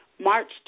March